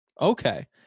Okay